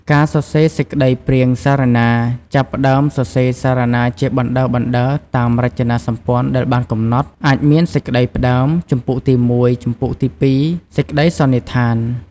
ការសរសេរសេចក្តីព្រាងសារណា ចាប់ផ្តើមសរសេរសារណាជាបណ្តើរៗ តាមរចនាសម្ព័ន្ធដែលបានកំណត់ អាចមាន សេចក្តីផ្តើម ជំពូកទី១ ជំពូកទី២... សេចក្តីសន្និដ្ឋាន។